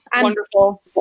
wonderful